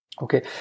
Okay